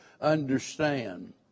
understand